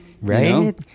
Right